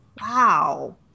wow